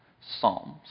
Psalms